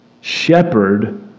Shepherd